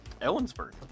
Ellensburg